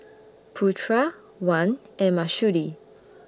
Putra Wan and Mahsuri